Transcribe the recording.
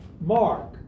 Mark